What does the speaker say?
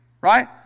Right